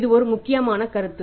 இது ஒரு முக்கியமான கருத்து